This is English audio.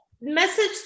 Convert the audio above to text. message